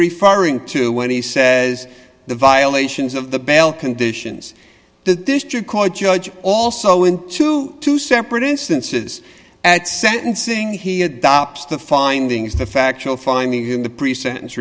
referring to when he says the violations of the bell conditions the district court judge also into two separate instances at sentencing he adopts the findings the factual findings in the pre sentence